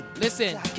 Listen